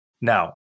Now